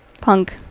punk